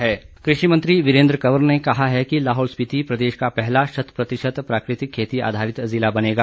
प्राकृतिक खेती कृषि मंत्री वीरेन्द्र कंवर ने कहा है कि लाहौल स्पीति प्रदेश का पहला शत प्रतिशत प्राकृतिक खेती आधारित ज़िला बनेगा